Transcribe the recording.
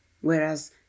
Whereas